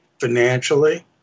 financially